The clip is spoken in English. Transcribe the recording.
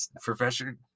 Professor